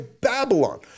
Babylon